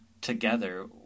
together